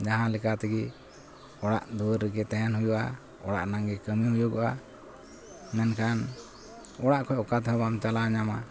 ᱡᱟᱦᱟᱸ ᱞᱮᱠᱟᱛᱮᱜᱮ ᱚᱲᱟᱜ ᱫᱩᱣᱟᱹᱨ ᱨᱮᱜᱮ ᱛᱟᱦᱮᱱ ᱦᱩᱭᱩᱜᱼᱟ ᱚᱲᱟᱜ ᱨᱮᱱᱟᱝᱜᱮ ᱠᱟᱹᱢᱤ ᱦᱩᱭᱩᱜᱚᱼᱟ ᱢᱮᱱᱠᱷᱟᱱ ᱚᱲᱟᱜ ᱠᱷᱚᱱ ᱚᱠᱟᱛᱮᱦᱚᱸ ᱵᱟᱢ ᱪᱟᱞᱟᱣ ᱧᱟᱢᱟ